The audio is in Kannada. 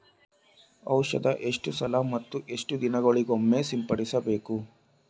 ಔಷಧ ಎಷ್ಟು ಸಲ ಮತ್ತು ಎಷ್ಟು ದಿವಸಗಳಿಗೊಮ್ಮೆ ಸಿಂಪಡಿಸಬೇಕು?